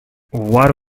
what